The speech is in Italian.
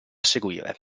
seguire